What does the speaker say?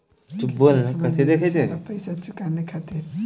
केतना समय मिली सारा पेईसा चुकाने खातिर?